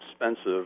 expensive